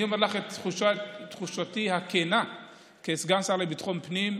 אני אומר לך את תחושתי הכנה כסגן שר לביטחון פנים,